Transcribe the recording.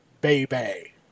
baby